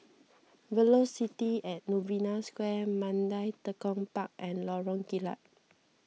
Velocity at Novena Square Mandai Tekong Park and Lorong Kilat